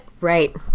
Right